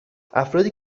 افرادی